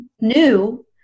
new